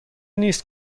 نیست